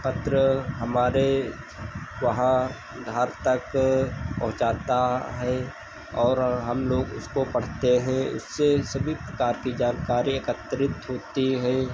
पत्र हमारे वहाँ घर तक पहुँचाता है और हमलोग उसको पढ़ते हैं इससे सभी प्रकार की जानकारी एकत्रित होती हैं